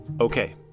Okay